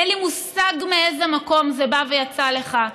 אין לי מושג מאיזה מקום זה בא ויצא לך,